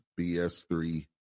BS3